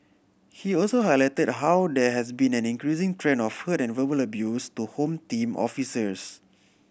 he also highlighted how there has been an increasing trend of hurt and verbal abuse to Home Team officers